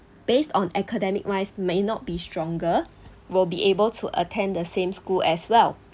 based on academic wise may not be stronger will be able to attend the same school as well